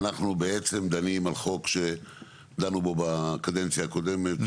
אנחנו בעצם דנים על חוק שדנו בו בקדנציה הקודמת,